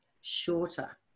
shorter